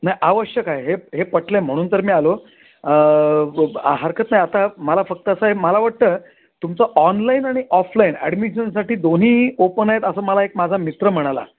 नाही आवश्यक आहे हे हे पटलं आहे म्हणून तर मी आलो हरकत नाही आता मला फक्त असं आहे मला वाटतं तुमचं ऑनलाईन आणि ऑफलाईन ॲडमिशनसाठी दोन्ही ओपन आहेत असं मला एक माझा मित्र म्हणाला